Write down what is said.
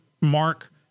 Mark